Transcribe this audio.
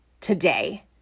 today